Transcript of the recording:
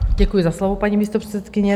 Děkuji za slovo, paní místopředsedkyně.